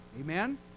Amen